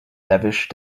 lavish